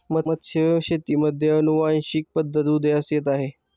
मत्स्यशेतीमध्ये अनुवांशिक पद्धत उदयास येत आहे